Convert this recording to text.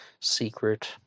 secret